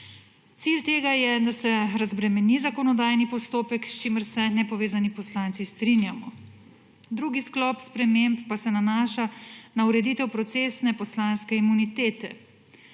Cilj tega je, da se razbremeni zakonodajni postopek, s čimer se nepovezani poslanci strinjamo. Drugi sklop sprememb pa se nanaša na ureditev procesne poslanske imunitete.